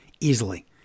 easily